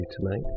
tonight